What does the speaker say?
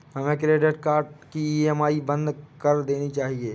क्या हमें credit card की ई.एम.आई बंद कर देनी चाहिए?